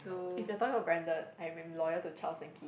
if you're talking about branded I have been loyal to Charles and Keith